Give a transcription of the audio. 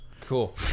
cool